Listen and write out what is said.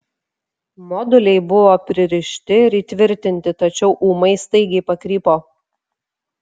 moduliai buvo pririšti ir įtvirtinti tačiau ūmai staigiai pakrypo